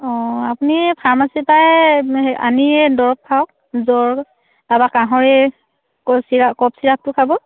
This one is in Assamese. অঁ আপুনি এই ফাৰ্মাচীৰপৰাই সেই আনি সেই দৰব খাওক জ্বৰ তাৰপৰা কাঁহৰ এই কফ চিৰাপ কফ চিৰাপটো খাব